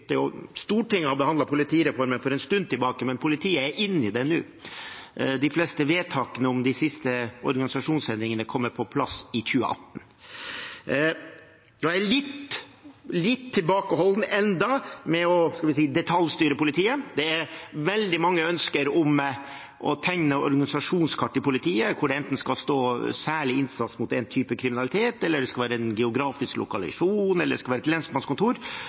fleste vedtakene om de siste organisasjonsendringene kommer på plass i 2018. Jeg er enda litt tilbakeholden med å detaljstyre politiet. Det er veldig mange ønsker om å tegne organisasjonskart for politiet, hvor det skal stå noe enten om særlig innsats mot en type kriminalitet, om at det skal være en geografisk lokalisasjon, eller om hvor det skal være et lensmannskontor.